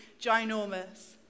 ginormous